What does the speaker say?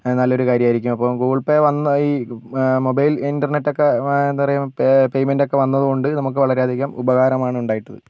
നല്ലൊരു കാര്യമായിരിക്കും അപ്പോൾ ഗൂഗിൾ പേ വന്ന് ഈ മൊബൈൽ ഇൻ്റെർനെറ്റ് ഒക്കെ എന്താ പറയാ പേയ്മെൻ്റ് ഒക്കെ വന്നതുകൊണ്ട് നമുക്ക് വളരെ അധികം ഉപകാരമാണ് ഉണ്ടായിട്ടുള്ളത്